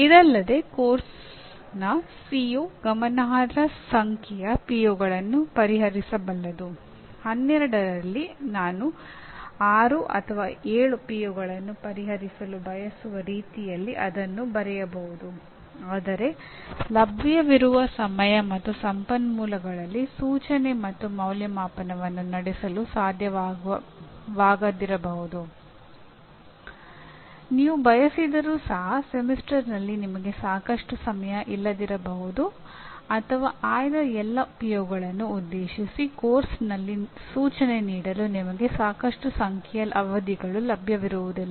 ಇದಲ್ಲದೆ ಪಠ್ಯಕ್ರಮದ ಸಿಒ ಉದ್ದೇಶಿಸಿ ಪಠ್ಯಕ್ರಮದಲ್ಲಿ ಸೂಚನೆ ನೀಡಲು ನಿಮಗೆ ಸಾಕಷ್ಟು ಸಂಖ್ಯೆಯ ಅವಧಿಗಳು ಲಭ್ಯವಿರುವುದಿಲ್ಲ